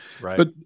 Right